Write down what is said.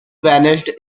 vanished